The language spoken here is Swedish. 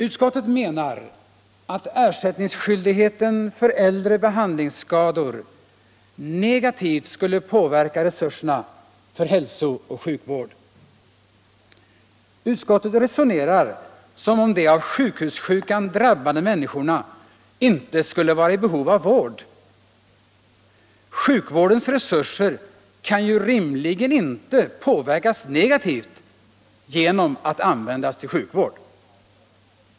Utskottet menar att ersättningsskyldigheten för äldre behandlingsskador negativt skulle påverka resurserna för hälso-och sjukvård. Utskottet resonerar som om de av sjukhussjukan drabbade människorna inte skulle vara i behov av vård! Sjukvårdens resurser kan ju rimligen inte påverkas negativt genom att användas till sjukvård!